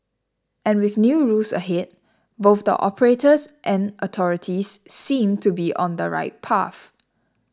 and with new rules ahead both the operators and authorities seem to be on the right path